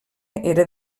era